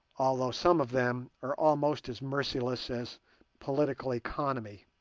although some of them are almost as merciless as political economy.